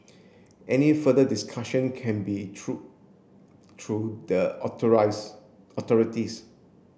any further discussion can be through through the authorise authorities